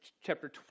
chapter